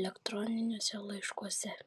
elektroniniuose laiškuose